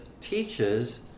teaches